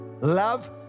Love